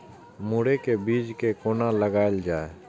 मुरे के बीज कै कोना लगायल जाय?